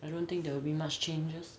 I don't think there will be much changes